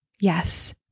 yes